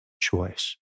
choice